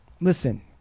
Listen